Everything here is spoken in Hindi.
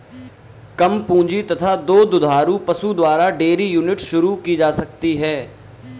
कम पूंजी तथा दो दुधारू पशु द्वारा डेयरी यूनिट शुरू की जा सकती है